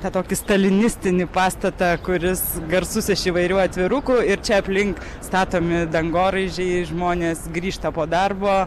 tą tokį stalinistinį pastatą kuris garsus iš įvairių atvirukų ir čia aplink statomi dangoraižiai žmonės grįžta po darbo